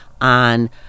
on